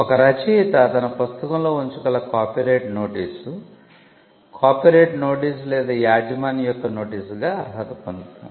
ఒక రచయిత తన పుస్తకంలో ఉంచగల కాపీరైట్ నోటీసు కాపీరైట్ నోటీసు లేదా యాజమాన్యం యొక్క నోటీసుగా అర్హత పొందుతుంది